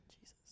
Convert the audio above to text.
Jesus